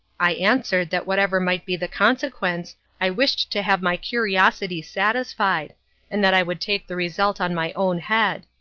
i answered that whatever might be the consequence i wished to have my curiosity satisfied, and that i would take the result on my own head.